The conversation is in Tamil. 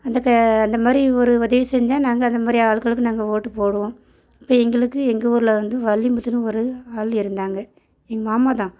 அந்த க அந்த மாதிரி ஒரு உதவி செஞ்சால் நாங்கள் அதை மாதிரி ஆள்களுக்கு நாங்கள் ஓட்டு போடுவோம் எங்களுக்கு எங்கள் ஊரில் வந்து வள்ளிமுத்துன்னு ஒரு ஆள் இருந்தாங்க எங்கள் மாமாதான்